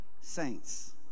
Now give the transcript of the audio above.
Saints